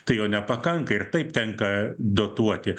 tai jo nepakanka ir taip tenka dotuoti